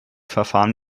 verfahren